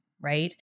Right